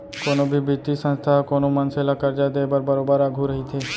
कोनो भी बित्तीय संस्था ह कोनो मनसे ल करजा देय बर बरोबर आघू रहिथे